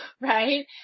right